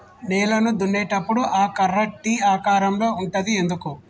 నేలను దున్నేటప్పుడు ఆ కర్ర టీ ఆకారం లో ఉంటది ఎందుకు?